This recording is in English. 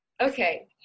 Okay